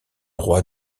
roi